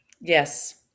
Yes